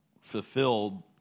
fulfilled